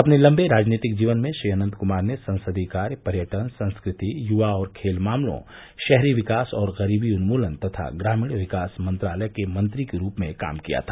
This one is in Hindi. अपने लम्बे राजनीतिक जीवन में श्री अनंत कुमार ने संसदीय कार्य पर्यटन संस्कृति युवा और खेल मामलों शहरी विकास और गरीबी उन्मूलन तथा ग्रामीण विकास मंत्रालय के मंत्री के रूप में काम किया था